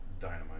Dynamite